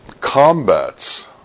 combats